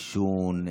עישון,